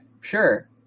sure